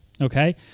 Okay